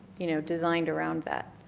you know, designed around that.